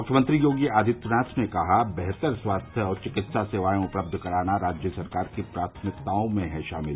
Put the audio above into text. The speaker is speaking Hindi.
मुख्यमंत्री योगी आदित्यनाथ ने कहा बेहतर स्वास्थ्य और चिकित्सा सेवाएं उपलब्ध कराना राज्य सरकार की प्राथमिकताओं में है शामिल